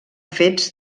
fets